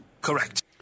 Correct